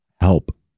help